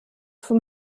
from